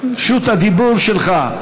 רשות הדיבור שלך.